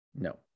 No